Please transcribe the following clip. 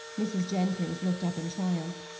mrs. jenkins looked up in triumph.